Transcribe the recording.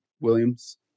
Williams